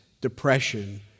depression